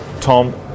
Tom